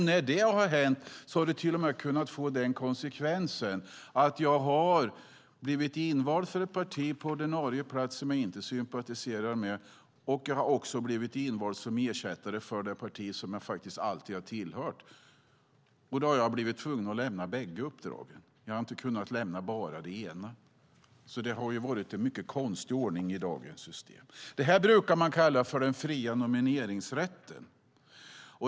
När det har hänt har det till och med kunnat få den konsekvensen att jag har blivit invald för ett parti som jag inte sympatiserar med på ordinarie plats och att jag också har blivit invald som ersättare för det parti som jag alltid har tillhört. Då har jag blivit tvungen att lämna bägge uppdragen. Jag har inte kunnat lämna bara det ena. Detta är en mycket konstig ordning i dagens system. Det brukar kallas för den fria nomineringsrätten.